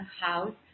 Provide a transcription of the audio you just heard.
house